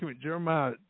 Jeremiah